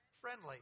friendly